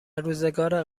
روزگار